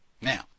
Now